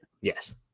Yes